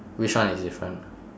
which one is different